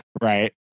right